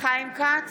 חיים כץ,